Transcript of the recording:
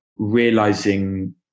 realizing